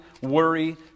worry